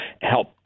help